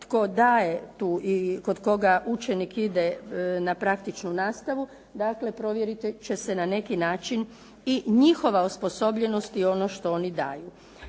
tko daje tu i kod koga učenik ide na praktičnu nastavu. Dakle, provjeriti će se na neki način i njihova osposobljenost i ono što oni daju.